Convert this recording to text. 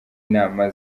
inama